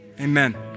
Amen